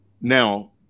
Now